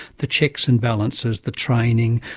the checks and balances, the training,